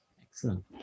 Excellent